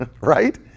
right